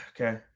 Okay